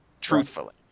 truthfully